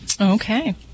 Okay